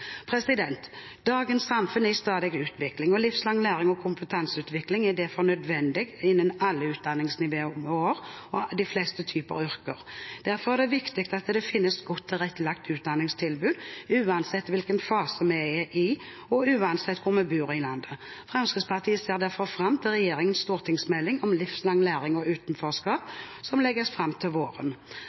Dagens samfunn er i stadig utvikling. Livslang læring og kompetanseutvikling er derfor nødvendig innen alle utdanningsområder og de fleste typer yrker. Derfor er det viktig at det finnes et godt tilrettelagt utdanningstilbud uansett hvilken fase vi er i, og uansett hvor vi bor i landet. Fremskrittspartiet ser derfor fram til regjeringens stortingsmelding om livslang læring og utenforskap, som legges fram til våren.